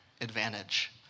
advantage